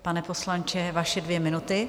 Pane poslanče, vaše dvě minuty.